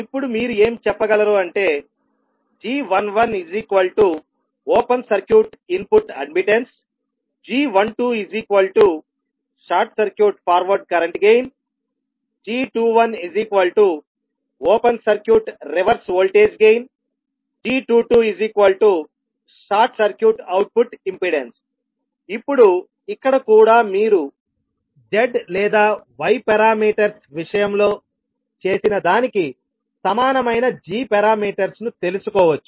ఇప్పుడు మీరు ఏమి చెప్పగలరు అంటే g11 open circuit input admittance g12 short circuit forward current gain g21 open circuit reverse voltage gain g22 short circuit output impedance ఇప్పుడు ఇక్కడ కూడా మీరు z లేదా y పారామీటర్స్ విషయంలో చేసిన దానికి సమానమైన g పారామీటర్స్ ను తెలుసుకోవచ్చు